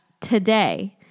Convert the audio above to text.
today